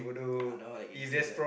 ah that one like gangsters one